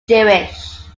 jewish